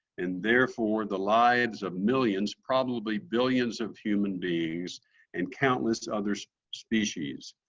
and therefore, the lives of millions, probably billions, of human beings and countless others species.